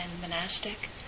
monastic